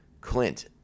Clint